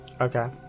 Okay